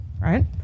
Right